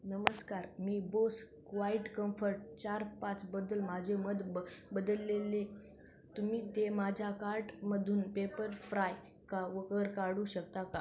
नमस्कार मी Bose quiet comfort चार पाचबद्दल माझे मत ब बदललेले तुम्ही ते माझ्या कार्टमधून पेपरफ्राय का वर काढू शकता का